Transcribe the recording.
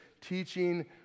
teaching